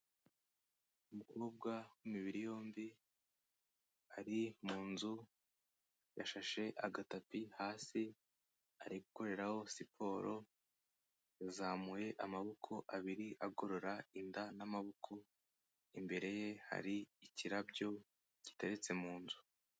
Umukobwa w'imibiri yombi ari mu nzu yashashe agatapi hasi ari gukoreraho siporo, yazamuye amaboko abiri agorora inda n'amaboko, imbere ye hari ikirabyo giteretse mu nzu.